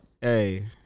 hey